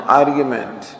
argument